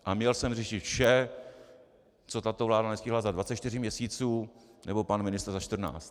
A měl jsem řešit vše, co tato vláda nestihla za 24 měsíců nebo pan ministr za 14.